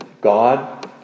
God